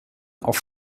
auf